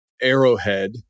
arrowhead